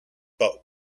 but